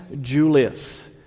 Julius